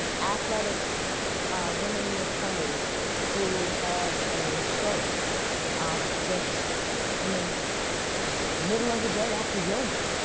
um athletic women in their twenty s who had a stroke just in the middle of the day after yoga,